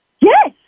Yes